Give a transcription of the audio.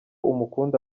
umukunda